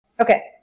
Okay